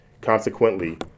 consequently